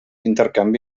intercanvi